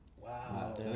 Wow